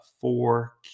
four